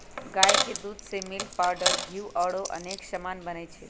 गाई के दूध से मिल्क पाउडर घीउ औरो अनेक समान बनै छइ